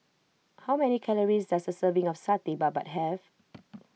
how many calories does a serving of Satay Babat have